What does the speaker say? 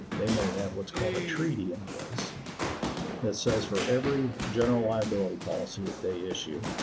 they may have what's called a treaty in place that says for every general liability policy that they issue,